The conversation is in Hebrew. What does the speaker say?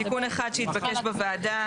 תיקון אחד שהתבקש בוועדה,